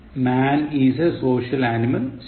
Man is a social animal ശരി